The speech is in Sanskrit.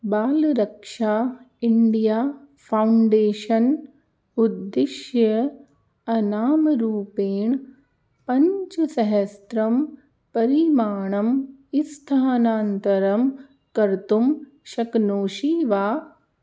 बालरक्षा इण्डिया फ़ौण्डेशन् उद्दिश्य अनामरूपेण पञ्चसहस्रं परिमाणं स्थानान्तरं कर्तुं शक्नोषि वा